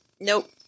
Nope